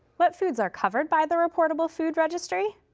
what foods are covered by the reportable food registry?